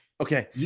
Okay